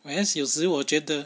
whereas 有时我觉得